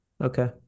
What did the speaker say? Okay